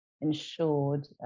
ensured